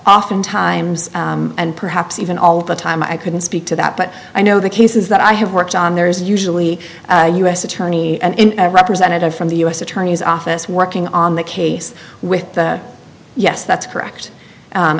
oftentimes and perhaps even all of the time i couldn't speak to that but i know the cases that i have worked on there's usually a u s attorney and a representative from the u s attorney's office working on the case with the yes that's correct